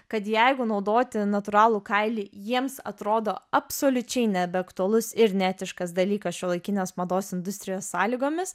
kad jeigu naudoti natūralų kailį jiems atrodo absoliučiai nebeaktualus ir neetiškas dalykas šiuolaikinės mados industrijos sąlygomis